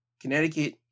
connecticut